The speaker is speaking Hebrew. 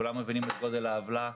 כולם מבינים את גודל העוולה.